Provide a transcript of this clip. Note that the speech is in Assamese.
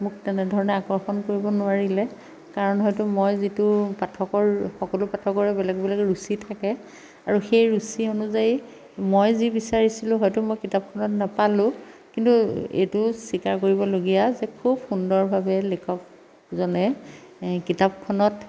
মোক তেনেধৰণে আকৰ্ষণ কৰিব নোৱাৰিলে কাৰণ হয়তো মই যিটো পাঠকৰ সকলো পাঠকৰে বেলেগ বেলেগ ৰুচি থাকে আৰু সেই ৰুচি অনুযায়ী মই যি বিচাৰিছিলোঁ হয়তো মই কিতাপখনত নাপালোঁ কিন্তু এইটোও স্বীকাৰ কৰিবলগীয়া যে খুব সুন্দৰভাৱে লিখকজনে এই কিতাপখনত